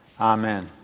Amen